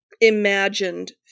imagined